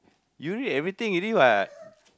you read everything already what